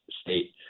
state